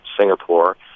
Singapore